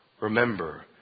remember